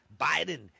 Biden